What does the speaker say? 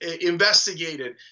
investigated